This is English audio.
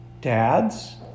dads